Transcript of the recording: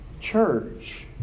church